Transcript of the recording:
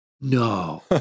no